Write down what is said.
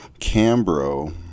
Cambro –